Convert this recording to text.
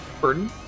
Burden